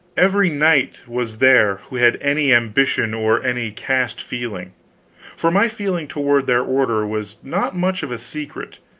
every knight was there who had any ambition or any caste feeling for my feeling toward their order was not much of a secret,